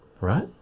right